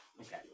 Okay